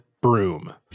broom